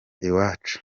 iwacu